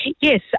Yes